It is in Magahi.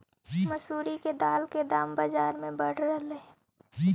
मसूरी के दाल के दाम बजार में बढ़ रहलई हे